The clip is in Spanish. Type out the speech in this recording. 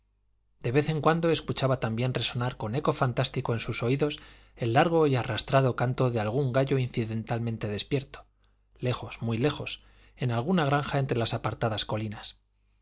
de vez en cuando escuchaba también resonar con eco fantástico en sus oídos el largo y arrastrado canto de algún gallo incidentalmente despierto lejos muy lejos en alguna granja entre las apartadas colinas